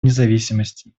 независимости